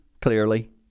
clearly